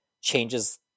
changes